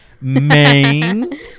Maine